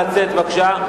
לצאת בבקשה.